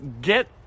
get